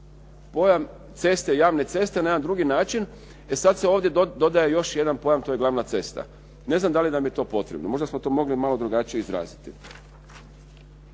pojam ceste, javne ceste na jedan drugi način. E sad se ovdje dodaje još jedan pojam, to je glavna cesta. Ne znam da li nam je to potrebno. Možda smo to mogli malo drugačije izraziti.